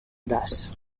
das